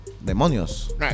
demonios